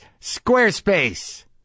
Squarespace